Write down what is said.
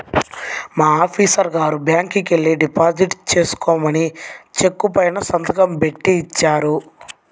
మా ఆఫీసరు గారు బ్యాంకుకెల్లి డిపాజిట్ చేసుకోమని చెక్కు పైన సంతకం బెట్టి ఇచ్చాడు